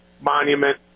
monument